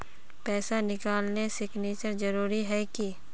पैसा निकालने सिग्नेचर जरुरी है की?